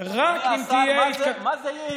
מה זה,